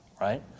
right